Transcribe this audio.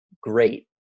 great